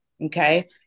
Okay